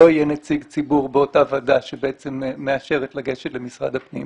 שלא יהיה נציג ציבור באותה ועדה שבעצם מאשרת לגשת למשרד הפנים